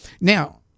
Now